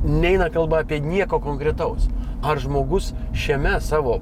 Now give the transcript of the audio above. neina kalba apie nieko konkretaus ar žmogus šiame savo